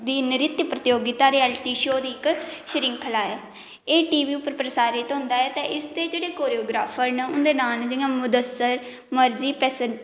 दी नृत्य प्रतियोगिता रियालटी शो दी इक श्रृंखला ऐ एह् टी वी उप्पर प्रसारित होंदा ऐ ते इसदे जेह्ड़े कोरियोग्राफर न उंदे नांऽ ना जियां मुद्दसर